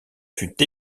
fut